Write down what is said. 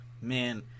man